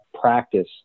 practice